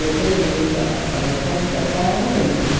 Airtel money का समर्थन करता है या नहीं